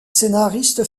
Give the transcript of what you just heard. scénariste